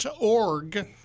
org